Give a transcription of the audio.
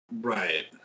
Right